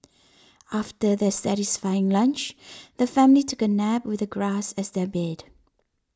after their satisfying lunch the family took a nap with the grass as their bed